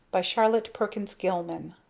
by charlotte perkins gilman